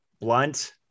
blunt